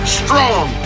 strong